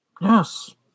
Yes